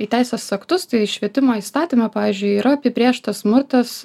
į teisės aktus tai švietimo įstatyme pavyzdžiui yra apibrėžtas smurtas